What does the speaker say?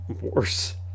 worse